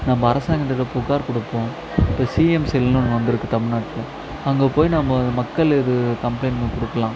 நம்ம அரசாங்கத்துக்கிட்டே புகார் கொடுப்போம் இப்போ சிஎம் செல்லுனு ஒன்று வந்திருக்கு தமிழ்நாட்டுல அங்கே போய் நம்ம மக்கள் இது கம்ப்ளெய்ண்ட் ஒன்று கொடுக்கலாம்